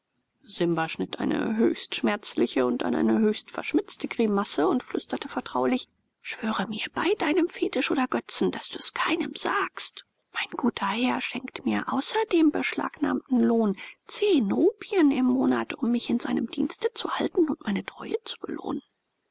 simba schnitt eine höchst schmerzliche und dann eine höchst verschmitzte grimasse und flüsterte vertraulich schwöre mir bei deinem fetisch oder götzen daß du es keinem sagst mein guter herr schenkt mir außer dem beschlagnahmten lohn zehn rupien im monat um mich in seinem dienste zu halten und meine treue zu belohnen